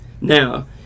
Now